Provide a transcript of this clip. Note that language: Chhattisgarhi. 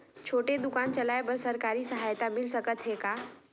छोटे दुकान चलाय बर सरकारी सहायता मिल सकत हे का?